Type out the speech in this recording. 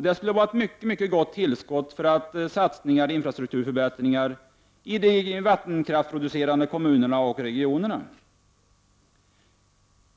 Detta skulle vara ett mycket gott tillskott för satsningar i infrastrukturförbättringar i de vattenkraftsproducerande kommunerna och regionerna.